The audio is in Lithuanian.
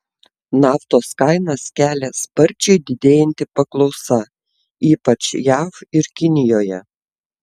naftos kainas kelia sparčiai didėjanti paklausa ypač jav ir kinijoje